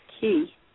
key